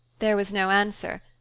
there was no answer,